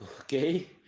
Okay